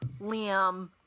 Liam